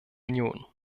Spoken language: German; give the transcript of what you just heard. union